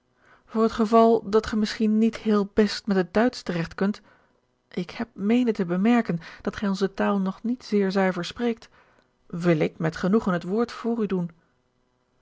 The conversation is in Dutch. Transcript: voor het geval dat gij misschien niet heel best met het duitsch teregt kunt ik heb meenen te bemerken dat gij onze taal nog niet zeer zuiver spreekt wil ik met genoegen het woord voor u doen